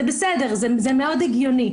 זה הגיוני.